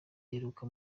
iheruka